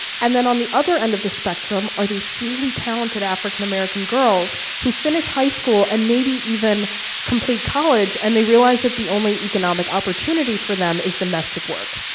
and then, on the other end of the spectrum, are these really talented african-american girls who finish high school and maybe even complete college, and they realize that the only economic opportunity for them is domestic work.